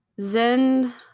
zen